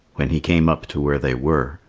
when he came up to where they were,